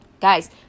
Guys